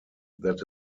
that